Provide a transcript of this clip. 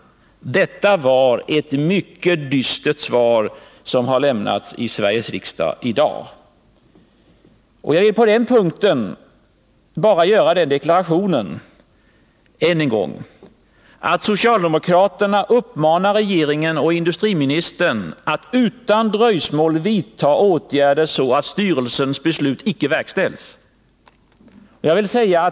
Det är ett mycket dystert svar som har lämnats i Sveriges riksdag i dag. Jag vill på den punkten bara göra den deklarationen, än en gång, att socialdemokraterna uppmanar regeringen och industriministern att utan dröjsmål vidta åtgärder, så att styrelsens beslut icke verkställs.